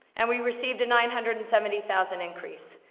and we received a nine hundred and seventy thousand increase,